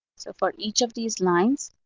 so for each of these lines,